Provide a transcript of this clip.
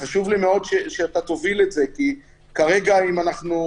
וחשוב לי מאוד שאתה תוביל את זה כי כרגע אם ניצור